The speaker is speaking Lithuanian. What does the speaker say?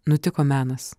nutiko menas